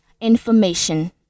information